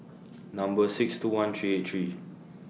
Number six two one three eight three